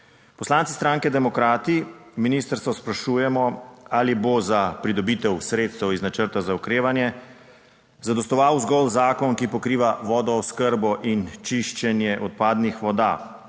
Poslanci stranke Socialni demokrati, ministrstvo sprašujemo ali bo za pridobitev sredstev iz načrta za okrevanje zadostoval zgolj zakon, ki pokriva vodooskrbo in čiščenje odpadnih voda.